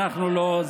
אנחנו לא,